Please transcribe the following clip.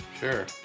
Sure